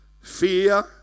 fear